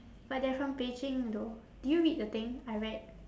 but they are from beijing though did you read the thing I read